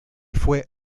fue